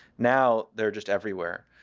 now they're just everywhere.